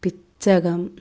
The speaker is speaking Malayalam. പിച്ചകം